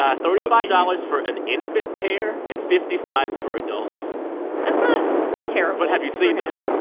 um thirty-five dollars for an infant pair and fifty five for adults that's not terrible. but have you seen them.